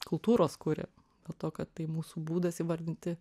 kultūros kuria dėl to kad tai mūsų būdas įvardinti